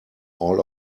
all